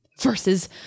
versus